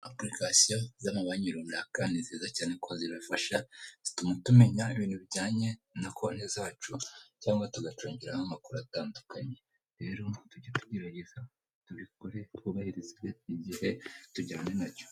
Apurikasiyo z'amabanki runaka ni nziza cyane ko zirafasha, zituma tumenya ibintu bijyanye na konti zacu cyangwa tugacungiraho amakuru atandukanye, rero tujye tugerageza tubikore twubahirizwe igihe tujyanye na cyo.